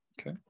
Okay